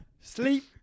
sleep